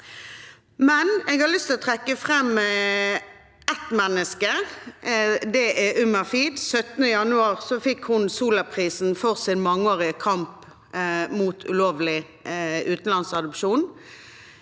til å trekke fram ett menneske, nemlig Uma Feed. Den 17. januar fikk hun Zola-prisen for sin mangeårige kamp mot ulovlig utenlandsadopsjon.